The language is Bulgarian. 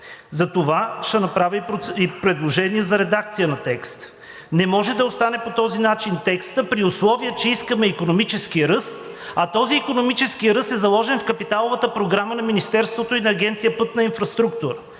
Затова ще направя и предложение за редакция на текста. Текстът не може да остане по този начин, при условие че искаме икономически ръст, а този икономически ръст е заложен в капиталовата програма на Министерството и на Агенция „Пътна инфраструктура“.